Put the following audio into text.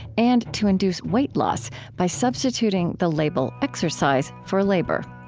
and to induce weight loss by substituting the label exercise for labor.